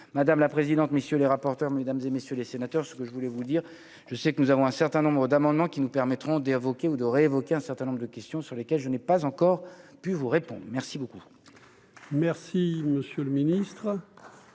madame la présidente, messieurs les rares. Porteur mesdames et messieurs les sénateurs, ce que je voulais vous dire, je sais que nous avons un certain nombre d'amendements qui nous permettront d'évoquer ou évoque un certain nombre de questions sur lesquelles je n'ai pas encore pu vous répond merci beaucoup. Merci, monsieur le Ministre.